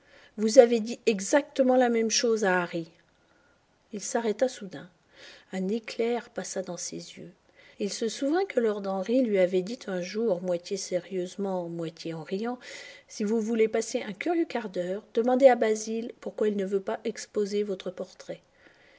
vous avez dit exactement la même chose à harry il s'arrêta soudain un éclair passa dans ses yeux il se souvint que lord henry lui avait dit un jour moitié sérieusement moitié en riant si vous voulez passer un curieux quart d'heure demandez à basil pourquoi il ne veut pas exposer votre portrait